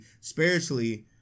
spiritually